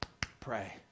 pray